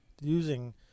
using